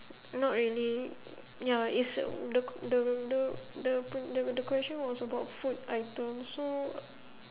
not really ya it's the the the the the the the question was about food item so